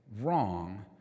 wrong